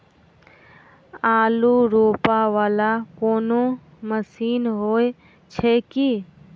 आलु रोपा वला कोनो मशीन हो छैय की?